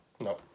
No